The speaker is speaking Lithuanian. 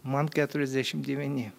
man keturiasdešimt devyni